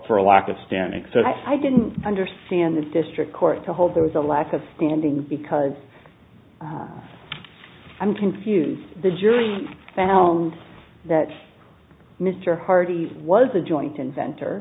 a lack of standing so i didn't understand the district court to hold there was a lack of standing because i'm confused the jury found that mr hardy was a joint inventor